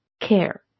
care